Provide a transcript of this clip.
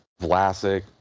Vlasic